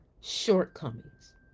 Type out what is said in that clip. shortcomings